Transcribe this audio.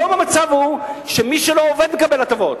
היום המצב הוא שמי שלא עובד מקבל הטבות,